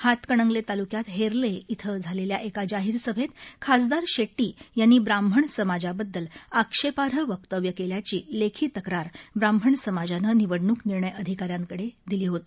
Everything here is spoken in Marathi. हातकणंगले तालुक्यात हेर्ले इथं झालेल्या एका जाहीर सभेत खासदार शेट्टी यांनी ब्राह्मण समाजाबद्दल आक्षेपाई वक्तव्य केल्याची लेखी तक्रार ब्राह्मण समाजानं निवडणुक निर्णय अधिकाऱ्यांकडे झाली होती